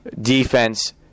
defense